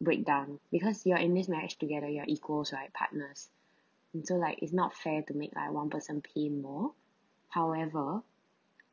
breakdown because you are in this marriage together you are equals right partners so like is not fair to make like one person pay more however